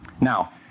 Now